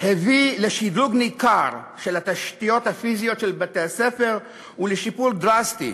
הביא לשדרוג ניכר של התשתיות הפיזיות של בתי-הספר ולשיפור דרסטי